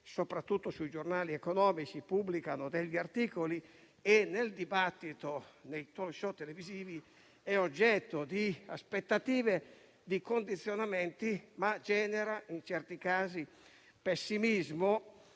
soprattutto i giornali economici vi dedicano degli articoli e nei *talk show* televisivi è oggetto di aspettative e condizionamenti, genera in certi casi pessimismo,